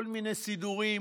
כל מיני סידורים,